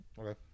Okay